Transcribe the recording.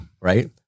Right